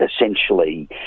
Essentially